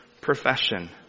profession